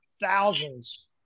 thousands